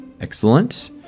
Excellent